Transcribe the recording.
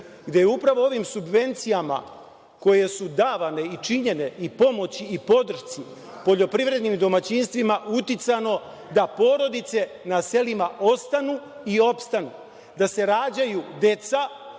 gde je upravo ovim subvencijama koje su davane i činjene i pomoć i podršci poljoprivrednim domaćinstvima uticano da porodice na selima ostanu i opstanu, da se rađaju deca,